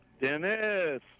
Dennis